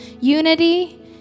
unity